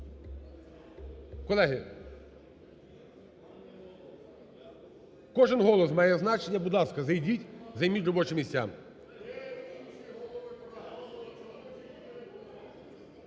Колеги! Кожен голос має значення, будь ласка, зайдіть, займіть робочі місця.